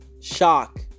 Shock